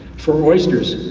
for oysters,